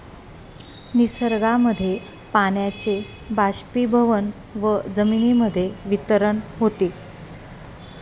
निसर्गामध्ये पाण्याचे बाष्पीभवन व जमिनीमध्ये वितरण होते